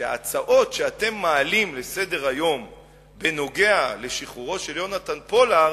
שההצעות שאתם מעלים לסדר-היום בנוגע לשחרורו של יהונתן פולארד,